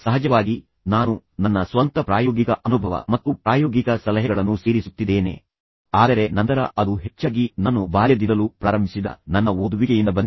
ಸಹಜವಾಗಿ ನಾನು ನನ್ನ ಸ್ವಂತ ಪ್ರಾಯೋಗಿಕ ಅನುಭವ ಮತ್ತು ಪ್ರಾಯೋಗಿಕ ಸಲಹೆಗಳನ್ನು ಸೇರಿಸುತ್ತಿದ್ದೇನೆ ಆದರೆ ನಂತರ ಅದು ಹೆಚ್ಚಾಗಿ ನಾನು ಬಾಲ್ಯದಿಂದಲೂ ಪ್ರಾರಂಭಿಸಿದ ನನ್ನ ಓದುವಿಕೆಯಿಂದ ಬಂದಿದೆ